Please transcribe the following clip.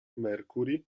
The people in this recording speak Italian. mercury